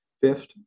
Fifth